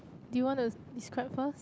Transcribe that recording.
do you wanna describe first